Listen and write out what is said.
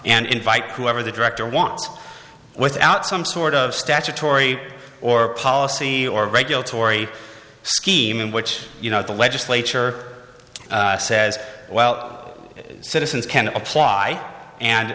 and invite whoever the director wants without some sort of statutory or policy or regulatory scheme in which you know the legislature says well citizens can apply and